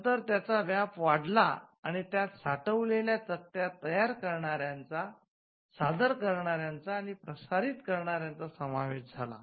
नंतर त्याचा व्याप वाढला आणि त्यात साठवलेल्या चकत्या तयार करणाऱ्यांचासादर करणाऱ्यांचा आणि प्रसारित करणाऱ्यांचा समावेश झाला